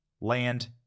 land